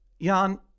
Jan